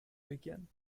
begin